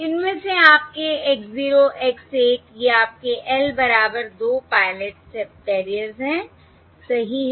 इनमें से आपके X 0 X 1 ये आपके L बराबर 2 पायलट सबकैरियर्स हैं सही है